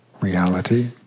reality